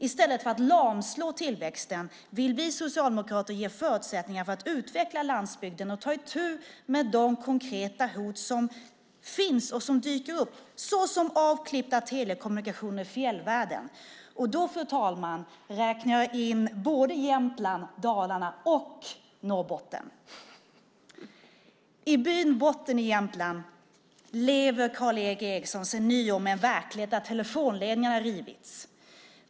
I stället för att lamslå tillväxten vill vi socialdemokrater ge förutsättningar för att utveckla landsbygden och ta itu med de konkreta hot som finns och som dyker upp, såsom avklippta telekommunikationer i fjällvärlden. Då, fru talman, räknar jag in både Jämtland, Dalarna och Norrbotten. I byn Botten i Jämtland lever Karl-Erik Eriksson sedan nyår med verkligheten att telefonledningarna har rivits.